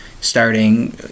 starting